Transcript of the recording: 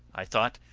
i thought,